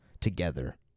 together